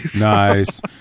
nice